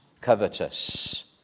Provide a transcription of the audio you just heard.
covetous